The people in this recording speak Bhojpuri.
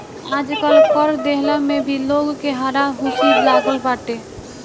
आजकल कर देहला में भी लोग के हारा हुसी लागल बाटे